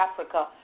Africa